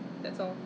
orh